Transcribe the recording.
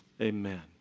amen